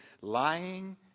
lying